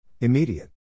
Immediate